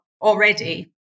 already